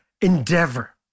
endeavor